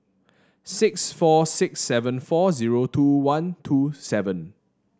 six four six seven four zero two one two seven